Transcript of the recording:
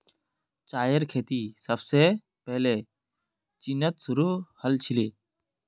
चायेर खेती सबसे पहले चीनत शुरू हल छीले